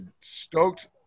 stoked